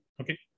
Okay